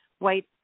white